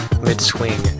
Mid-swing